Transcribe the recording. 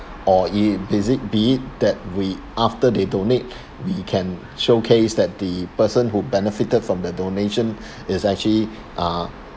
or i~ is it be it that we after they donate we can showcase that the person who benefited from their donation is actually uh